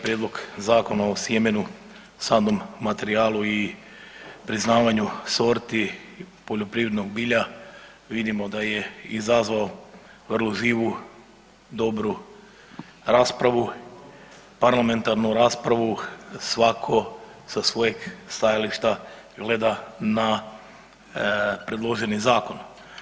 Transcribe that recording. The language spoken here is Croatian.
Prijedlog Zakona o sjemenu, sadnom materijalu i priznavanju sorti poljoprivrednog bilja, vidimo da je izazvao vrlo živu, dobru raspravu, parlamentarnu raspravu, svako sa svojeg stajališta gleda na predloženi zakon.